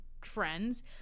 friends